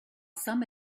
some